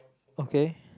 okay